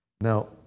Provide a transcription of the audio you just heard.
Now